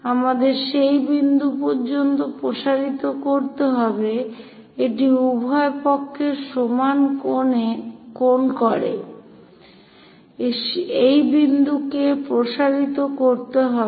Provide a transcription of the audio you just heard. আমাদের সেই বিন্দু পর্যন্ত প্রসারিত করতে হবে এটি উভয় পক্ষের সমান কোণ করে এই বিন্দু কে প্রসারিত করতে হবে